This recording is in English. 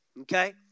okay